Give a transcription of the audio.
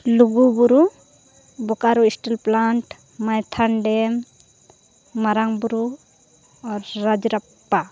ᱞᱩᱜᱩ Buru Bokaro steel plant Maithon dam Marang Buru ᱟᱨ ᱨᱟᱡᱽᱨᱟᱯᱟ